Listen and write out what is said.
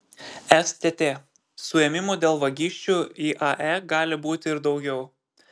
stt suėmimų dėl vagysčių iae gali būti ir daugiau